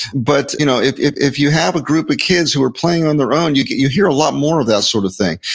but you know if if if you have a group of kids who are playing on their own, you you hear a lot more of that sort of thing.